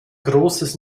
großes